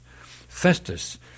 Festus